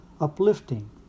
uplifting